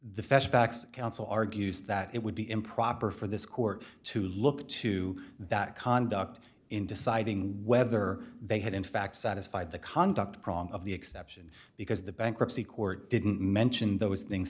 facts council argues that it would be improper for this court to look to that conduct in deciding whether they had in fact satisfied the conduct of the exception because the bankruptcy court didn't mention those things